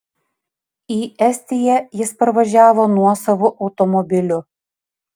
į estiją jis parvažiavo nuosavu automobiliu